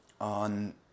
on